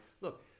look